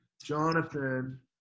Jonathan